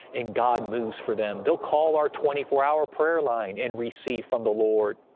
and god moves for them. they'll call our twenty four hour prayer line and receive from the lord.